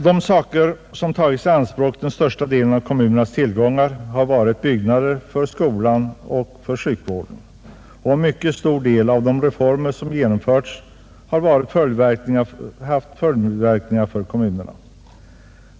De uppgifter som tagit i anspråk den största delen av kommunernas tillgångar har varit byggnation för skolan och sjukvården. En mycket stor del av de reformer som genomförts har haft följdverkningar för kommunerna.